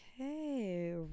Okay